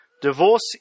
Divorce